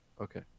Okay